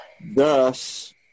thus